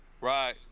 right